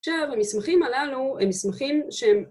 עכשיו המסמכים הללו הם מסמכים שהם